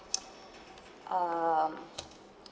um